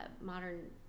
modern